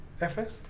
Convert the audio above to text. FS